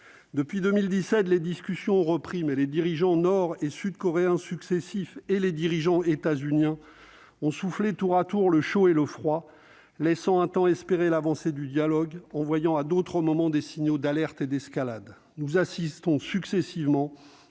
Depuis 2017, les discussions ont repris, mais les dirigeants nord et sud-coréens successifs et les dirigeants états-uniens ont soufflé tour à tour le chaud et le froid, laissant un temps espérer l'avancée du dialogue, envoyant à d'autres moments des signaux d'alerte et d'escalade. Nous assistons alternativement